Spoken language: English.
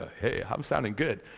ah hey i'm sounding good.